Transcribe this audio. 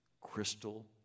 crystal